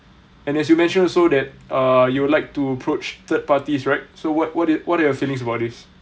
and as you mention so that uh you would like to approach third parties right so what what do you what are your feelings about this